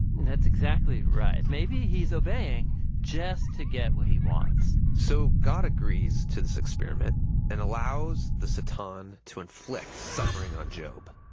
and that's exactly right. maybe he's obeying just to get what he wants. so god agrees to this experiment and allows the satan to inflict suffering on job.